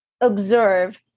observe